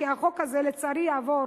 כי החוק הזה לצערי יעבור,